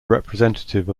representative